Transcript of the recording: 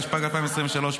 התשפ"ג 2023,